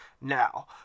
Now